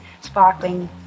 sparkling